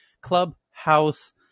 Clubhouse